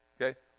okay